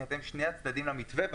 כי אתם שני הצדדים למתווה.